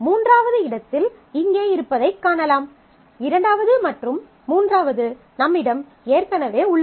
மூன்றாவது இடத்தில் இங்கே இருப்பதைக் காணலாம் இரண்டாவது மற்றும் மூன்றாவது நம்மிடம் ஏற்கனவே உள்ளது